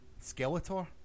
Skeletor